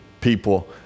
people